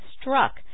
struck